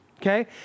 Okay